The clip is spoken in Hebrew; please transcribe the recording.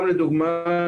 לדוגמה,